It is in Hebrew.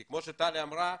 כי כמו שטלי אמרה,